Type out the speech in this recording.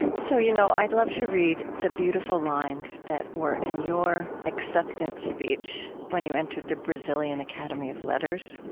so, you know i'd love to read some beautiful lines that were in your acceptance speech when you entered the brazilian academy of letters.